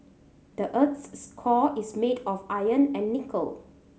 the earth's core is made of iron and nickel